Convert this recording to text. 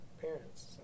parents